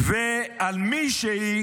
על מישהי